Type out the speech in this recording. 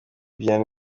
bien